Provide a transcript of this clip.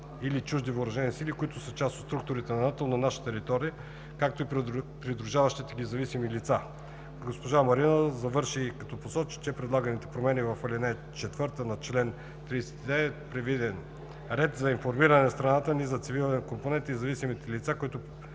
или чужди въоръжени сили, които са част от структура на НАТО на наша територия, както и придружаващите ги зависими лица. Госпожа Маринова завърши като посочи, че в предлаганите промени с ал. 4 на чл. 39 е предвиден ред за информиране на страната ни за цивилния компонент и зависимите лица, които